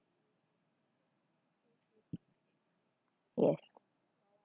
yes